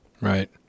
right